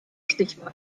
stichwahl